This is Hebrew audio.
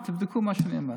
תבדקו מה שאני אומר.